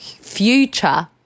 future